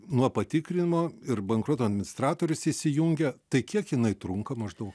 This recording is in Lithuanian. nuo patikrinimo ir bankroto administratorius įsijungia tai kiek jinai trunka maždaug